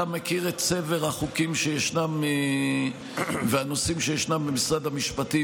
אתה מכיר את צבר החוקים שישנם והנושאים שישנם במשרד המשפטים.